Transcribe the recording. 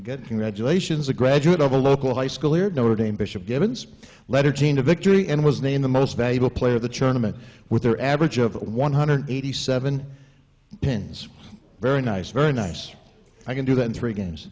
good congratulations a graduate of a local high school here notre dame bishop givens letter team to victory and was named the most valuable player the chinaman with their average of one hundred eighty seven pens very nice very nice i can do that in three games